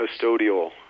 custodial